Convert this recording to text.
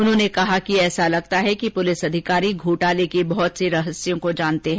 उन्होंने कहा कि ऐसा लगता है कि पुलिस अधिकारी घोटाले के बहत से रहस्यों को जानते हैं